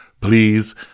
Please